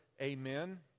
Amen